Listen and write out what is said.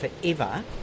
forever